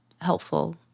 helpful